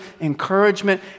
encouragement